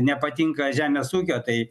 nepatinka žemės ūkio tai